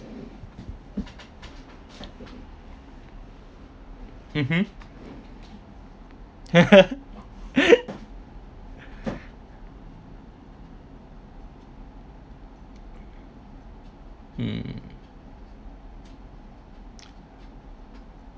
mmhmm hmm